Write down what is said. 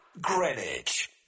Greenwich